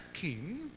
king